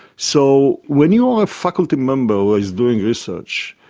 so when you are a faculty member who is doing research,